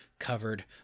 covered